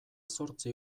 zortzi